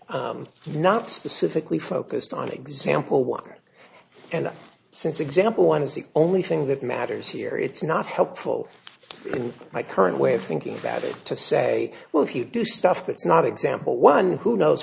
generality not specifically focused on example one and since example one is the only thing that matters here it's not helpful in my current way of thinking about it to say well if you do stuff that's not example one who knows